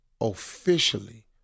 officially